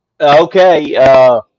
Okay